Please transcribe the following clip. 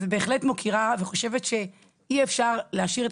אז בהחלט מוקירה וחושבת שאי אפשר להשאיר את